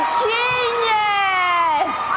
genius